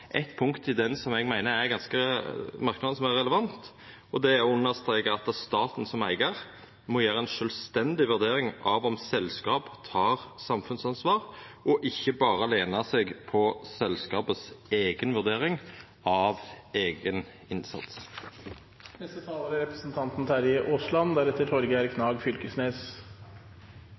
eitt punkt i han som eg meiner er relevant, og det er å understreka at staten som eigar må gjera ei sjølvstendig vurdering av om selskap tek samfunnsansvar, og ikkje berre lena seg på selskapets eiga vurdering av eigen